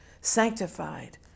sanctified